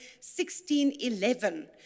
1611